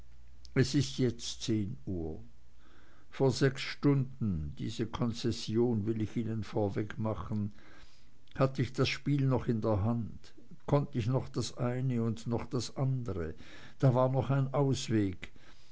es ist jetzt zehn uhr vor sechs stunden diese konzession will ich ihnen vorweg machen hatt ich das spiel noch in der hand konnt ich noch das eine und noch das andere da war noch ein ausweg